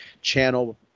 channel